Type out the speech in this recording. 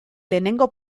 lehenengo